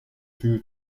two